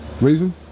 Reason